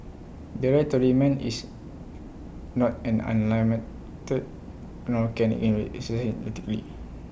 the right to remand is not an unlimited right can IT be